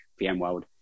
VMworld